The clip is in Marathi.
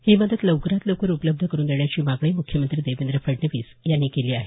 ही मदत लवकरात लवकर उपलब्ध करून देण्याची मागणी मुख्यमंत्री देवेंद्र फडणवीस यांनी केली आहे